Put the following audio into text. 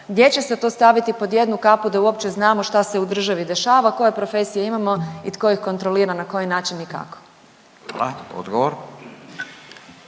Gdje će se to staviti pod jednu kapu da uopće znamo šta se u državi dešava, koje profesije imamo i tko ih kontrolira, na koji način i kako? **Radin,